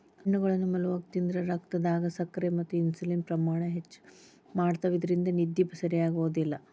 ಹಣ್ಣುಗಳನ್ನ ಮಲ್ಗೊವಾಗ ತಿಂದ್ರ ರಕ್ತದಾಗ ಸಕ್ಕರೆ ಮತ್ತ ಇನ್ಸುಲಿನ್ ಪ್ರಮಾಣ ಹೆಚ್ಚ್ ಮಾಡ್ತವಾ ಇದ್ರಿಂದ ನಿದ್ದಿ ಸರಿಯಾಗೋದಿಲ್ಲ